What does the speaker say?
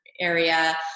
area